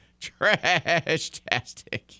Trash-tastic